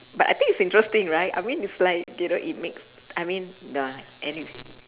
but I think it's interesting right I mean it's like you know it makes I mean and it